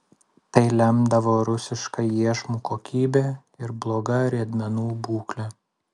tai lemdavo rusiška iešmų kokybė ir bloga riedmenų būklė